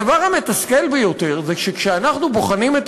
הדבר המתסכל ביותר זה שכשאנחנו בוחנים את